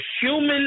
human